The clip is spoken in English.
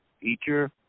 feature